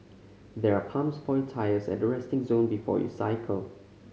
there are pumps for your tyres at the resting zone before you cycle